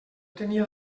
tenia